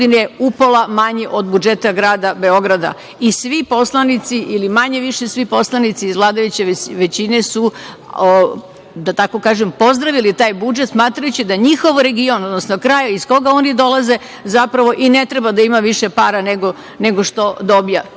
upola manji od budžeta grada Beograda i svi poslanici, ili manje-više svi poslanici, iz vladajuće većine su, da tako kažem, pozdravili taj budžet, smatrajući da njihov region, odnosno kraj iz koga oni dolaze zapravo i ne treba da ima više para nego što dobija,